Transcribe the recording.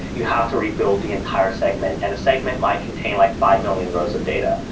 you have to rebuild the entire segment. and a segment might contain like five million rows of data.